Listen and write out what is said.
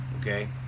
okay